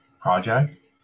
project